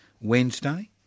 Wednesday